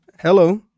Hello